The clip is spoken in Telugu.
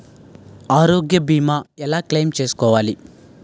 ఆరోగ్య భీమా ఎలా క్లైమ్ చేసుకోవాలి?